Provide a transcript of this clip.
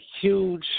huge